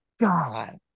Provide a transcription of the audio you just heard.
god